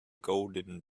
golden